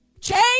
Change